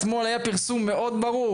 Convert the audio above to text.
אתמול היה פרסום ברור מאוד,